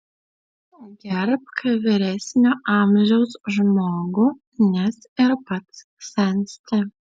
gerbk vyresnio amžiaus žmogų nes ir pats sensti